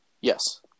Yes